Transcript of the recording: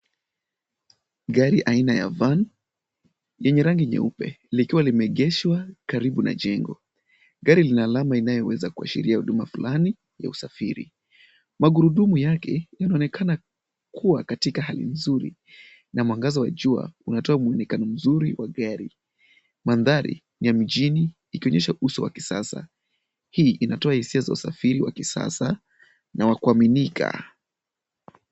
Gari aina ya Van yenye rangi nyeupe likiwa limeegeshwa karibu na jengo. Gari lina alama inayoweza kuashiria huduma fulani ya usafiri. Magurudumu yake yanaonekana kuwa katika hali nzuri na mwangaza wa jua unatoa mwonekano mzuri wa gari. Mandhari ni ya mjini ikionyesha uso wa kisasa. Hii inatoa hisia za usafiri wa kisasa na wa kuaminika.